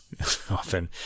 often